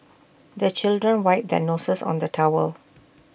the children wipe their noses on the towel